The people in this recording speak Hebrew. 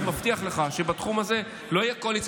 אני מבטיח לך שבתחום הזה לא יהיו קואליציה